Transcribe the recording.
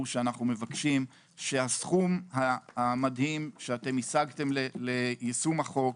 אנו מבקשים שהסכום המדהים שהשגתם ליישום החוק,